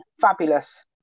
fabulous